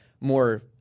more